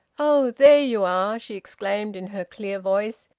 oh! there you are! she exclaimed, in her clear voice.